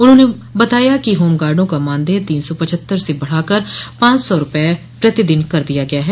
उन्होंने बताया कि होमगार्डों का मानदेय तीन सौ पचहत्तर से बढ़ाकर पाच सौ रूपये प्रतिदिन कर दिया गया है